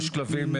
יש כלבים,